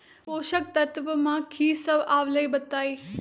पोषक तत्व म की सब आबलई बताई?